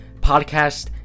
Podcast